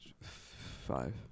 Five